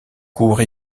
courts